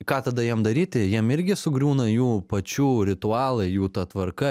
ką tada jiem daryti jiem irgi sugriūna jų pačių ritualai jų ta tvarka